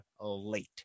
late